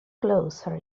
closer